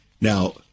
Now